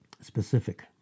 Specific